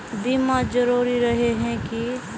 बीमा जरूरी रहे है की?